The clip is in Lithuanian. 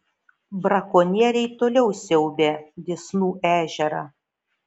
brakonieriai toliau siaubia dysnų ežerą